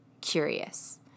curious